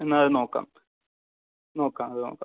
എന്നാൽ അത് നോക്കാം നോക്കാം അത് നോക്കാം